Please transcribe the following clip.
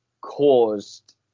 caused